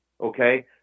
okay